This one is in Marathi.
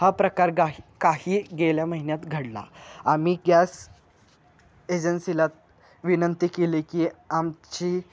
हा प्रकार काही काही गेल्या महिन्यात घडला आम्ही गॅस एजन्सीला विनंती केले की आमची